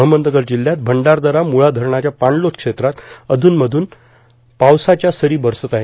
अहमदनगर जिल्ह्यात भंडारदरा मुळा धरणाच्या पाणलोट क्षेत्रात अधूनमधून पावसाच्या सरी बरसत आहेत